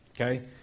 Okay